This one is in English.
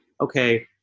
okay